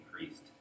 increased